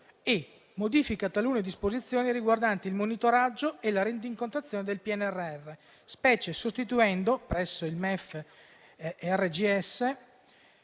modifica talune disposizioni riguardanti il monitoraggio e la rendicontazione del PNRR, specie sostituendo - presso il MEF-RGS